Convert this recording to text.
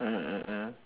ah ah ah